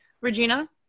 Regina